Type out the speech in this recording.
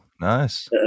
Nice